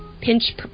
pinch